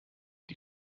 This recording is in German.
die